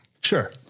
Sure